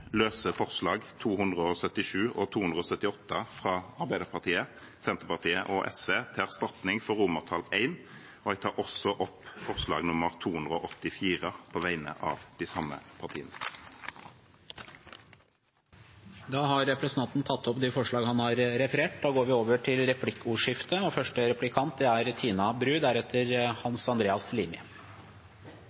277 og 278, fra Arbeiderpartiet, Senterpartiet og SV til erstatning for forslag til vedtak I, og jeg tar også opp forslag nr. 284 på vegne av de samme partiene. Representanten Eigil Knutsen har tatt opp de forslagene han viste til. Det blir replikkordskifte.